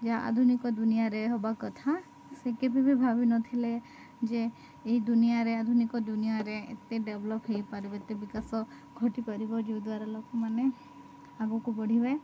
ଯାହା ଆଧୁନିକ ଦୁନିଆରେ ହବା କଥା ସେ କେବେ ବି ଭାବିନଥିଲେ ଯେ ଏଇ ଦୁନିଆରେ ଆଧୁନିକ ଦୁନିଆରେ ଏତେ ଡ଼େଭଲପ୍ ହୋଇପାରିବ ଏତେ ବିକାଶ ଘଟିପାରିବ ଯେଉଁଦ୍ୱାରା ଲୋକମାନେ ଆଗକୁ ବଢ଼ିବେ